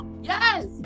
Yes